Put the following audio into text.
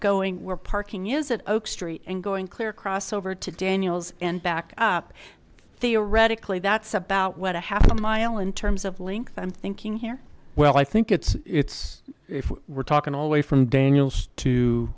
going where parking is at street and going clear cross over to daniels and back up theoretically that's about what a half a mile in terms of length i'm thinking here well i think it's if we're talking away from daniel to